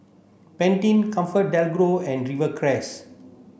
Pantene ComfortDelGro and Rivercrest